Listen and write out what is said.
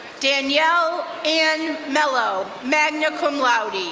danielle anne mellow, magna cum laude,